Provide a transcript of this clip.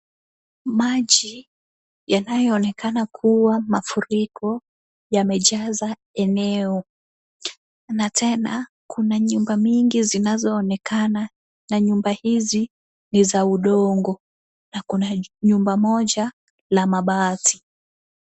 Maji yanayoonekana kuwa mafuriko yamejaza eneo na tena kuna nyumba mingi zinazoonekana na nyumba hizi ni za udongo na kuna nyumba moja ya mabati.